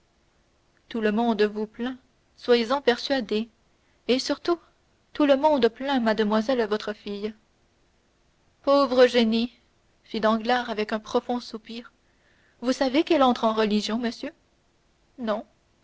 tout le monde vous plaint soyez-en persuadé et surtout tout le monde plaint mademoiselle votre fille pauvre eugénie fit danglars avec un profond soupir vous savez qu'elle entre en religion monsieur non